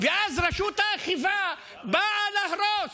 ואז רשות האכיפה באה להרוס.